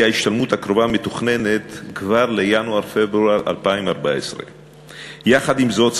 ההשתלמות הקרובה מתוכננת כבר לינואר-פברואר 2014. יחד עם זאת,